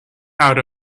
out